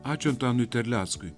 ačiū antanui terleckui